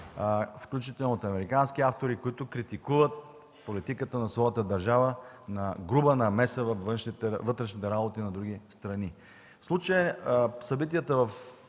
включително от американски автори, които критикуват политиката на своята държава на груба намеса във вътрешните работи на други страни. В случая събитията в